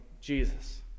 Jesus